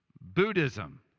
Buddhism